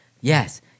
Yes